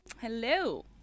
Hello